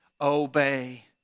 Obey